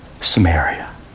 Samaria